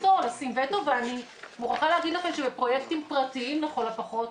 וטו ואני מוכרחה להגיד לכם שבפרויקטים פרטיים לכל הפחות,